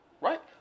right